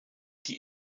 die